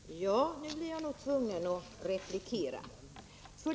Fru talman! Nu blir jag nog tvungen att replikera.